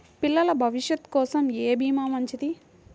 పిల్లల భవిష్యత్ కోసం ఏ భీమా మంచిది?